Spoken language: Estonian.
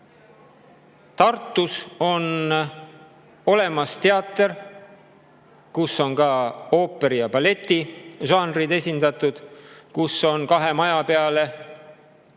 Tartus on olemas teater, kus on ka ooperi- ja balletižanr esindatud, kus on kahe maja peale –